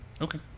Okay